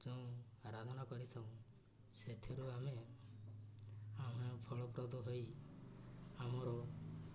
ଯେଉଁ ଆରାଧନା କରିଥାଉ ସେଥିରୁ ଆମେ ଆମେ ଫଳପ୍ରଦ ହୋଇ ଆମର